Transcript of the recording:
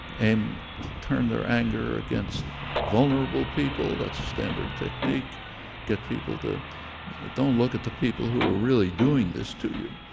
aim turn their anger against vulnerable people that's standard technique get people to don't look at the people who are really doing this to you.